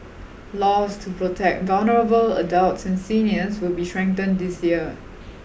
laws to protect vulnerable adults and seniors will be strengthened this year